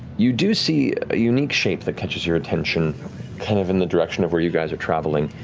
you do see a unique shape that catches your attention kind of in the direction of where you guys are traveling,